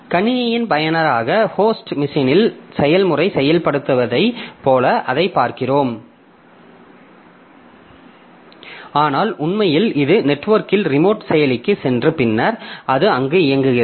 கணினியின் பயனராக ஹோஸ்ட் மெஷினில் செயல்முறை செயல்படுத்தப்பட்டதைப் போல அதைப் பார்க்கிறோம் ஆனால் உண்மையில் இது நெட்வொர்க்கில் ரிமோட் செயலிக்குச் சென்று பின்னர் அது அங்கு இயங்குகிறது